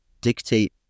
dictate